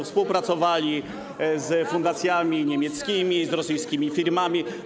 współpracowali z fundacjami niemieckimi, z rosyjskimi firmami.